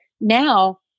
now